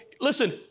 listen